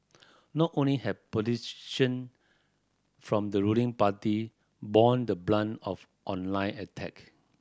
not only have politician from the ruling party borne the brunt of online attack